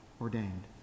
ordained